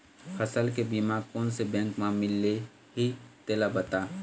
फसल के बीमा कोन से बैंक म मिलही तेला बता?